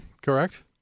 Correct